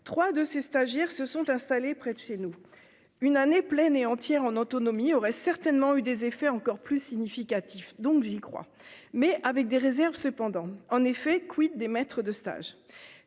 3 de ses stagiaires, se sont installés près de chez nous une année pleine et entière en autonomie aurait certainement eu des effets encore plus significatif, donc j'y crois, mais avec des réserves, cependant, en effet, quid des maîtres de stage